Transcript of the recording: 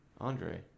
Andre